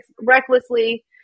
recklessly